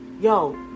Yo